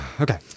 Okay